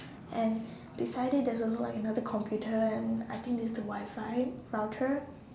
and beside it there's also like another computer and I think this is the Wi-Fi router